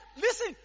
Listen